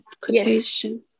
Quotation